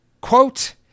Quote